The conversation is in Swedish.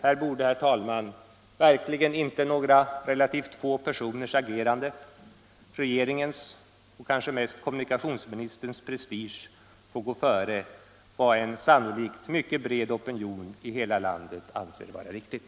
Här borde, herr talman, verkligen inte några relativt sett få personers agerande, regeringens och kanske mest kommunikationsministerns prestige, få gå före vad en sannolikt mycket bred opinion i hela landet anser vara riktigt.